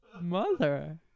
Mother